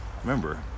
Remember